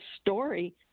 story